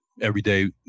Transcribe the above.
everyday